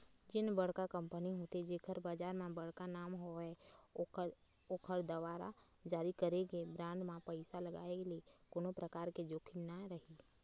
जेन बड़का कंपनी होथे जेखर बजार म बड़का नांव हवय ओखर दुवारा जारी करे गे बांड म पइसा लगाय ले कोनो परकार के जोखिम नइ राहय